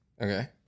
okay